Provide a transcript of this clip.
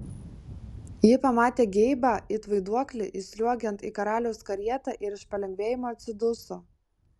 ji pamatė geibą it vaiduoklį įsliuogiant į karaliaus karietą ir iš palengvėjimo atsiduso